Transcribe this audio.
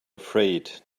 afraid